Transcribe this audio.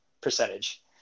percentage